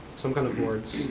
some kind of boards